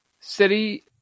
City